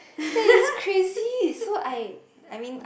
that is crazy so I I mean I